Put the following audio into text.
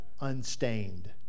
unstained